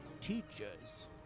teachers